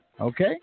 Okay